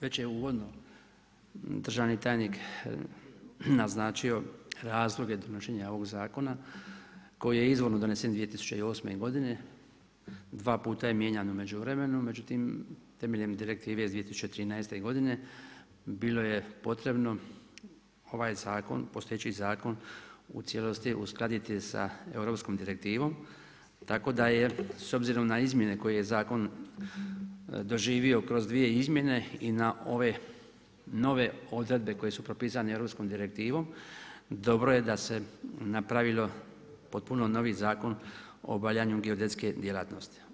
Već je u uvodnom, državni tajnik naznačio razloge donošenje ovog zakona, koji je izvorno donesen 2008. godine, 2 puta je mijenjano u međuvremenu, međutim temeljem Direktive iz 2013. godine, bilo je potrebno ovaj zakon postojeći zakon u cijelosti uskladiti sa europskom direktivnom, tako da je s obzirom na izmjene koji je zakon doživio kroz 2 izmjene i na ove nove odredbe koje su propisane europskom direktivnom, dobro je da se napravilo potpuno novi zakon o obavljanju geodetske djelatnosti.